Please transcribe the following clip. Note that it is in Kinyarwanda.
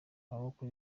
maboko